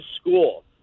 school